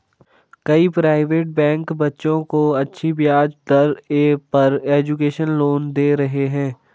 कई private bank बच्चों को अच्छी ब्याज दर पर एजुकेशन लोन दे रहे है